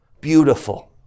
beautiful